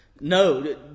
no